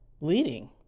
leading